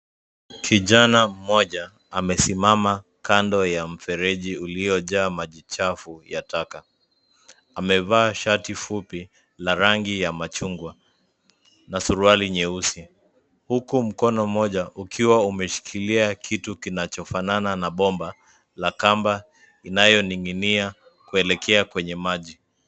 Kijana mmoja amesimama kando ya mfereji uliyo jaa maji chafu ya taka. Amevaa shati fupi la rangi ya machungwa na suruali nyeusi. Huku mkono mmoja ukiwa umeshikilia kitu kinachofanana na bomba na kamba inayoninginia kuelekea kwenye maji.